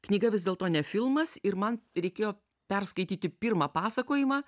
knyga vis dėlto ne filmas ir man reikėjo perskaityti pirmą pasakojimą